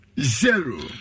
zero